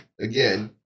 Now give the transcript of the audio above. again